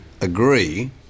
agree